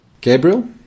Gabriel